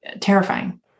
terrifying